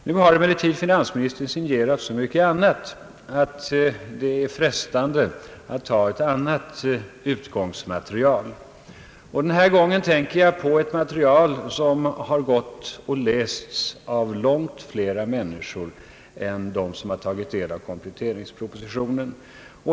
Nu har emellertid finansministern signerat så mycket, att det är frestande att ta ett annat utgångsmaterial. Denna gång tänker jag på ett material som har lästs av långt flera människor än de som har tagit del av kompletteringspropositionen.